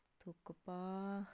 thukpa